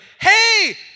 hey